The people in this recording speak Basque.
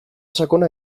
sakona